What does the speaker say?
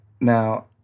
Now